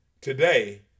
today